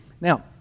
Now